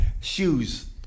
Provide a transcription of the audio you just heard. Shoes